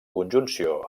conjunció